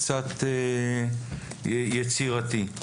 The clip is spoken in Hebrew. קצת יצירתי.